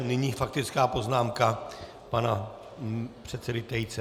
Nyní faktická poznámka pana předsedy Tejce.